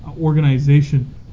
organization